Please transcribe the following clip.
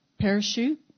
parachute